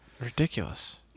Ridiculous